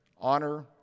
honor